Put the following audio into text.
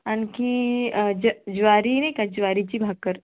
आणखी ज ज्वारी नाही का ज्वारीची भाकर